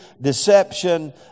deception